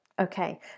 Okay